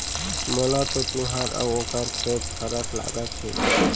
मोला तो तुंहर अउ ओकर खेत फरक लागत हे